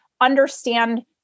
understand